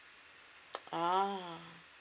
ah